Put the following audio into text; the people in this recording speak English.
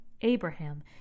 Abraham